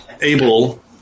able